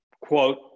quote